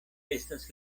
estas